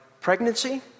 pregnancy